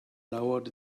lowered